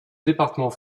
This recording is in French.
département